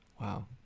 Wow